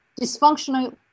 dysfunctional